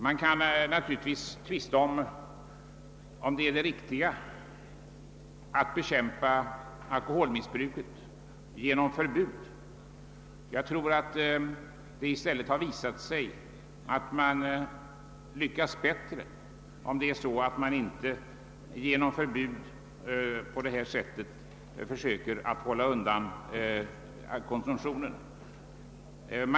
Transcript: Man kan naturligtvis tvista om huruvida det är riktigt att bekämpa alkoholmissbruket genom förbud. Jag tror att det i stället har visat sig vara bättre att utan förbud försöka hålla konsumtionen nere.